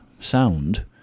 sound